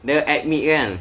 dia admit kan